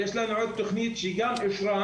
יש לנו עוד תכנית שהיא גם אושרה,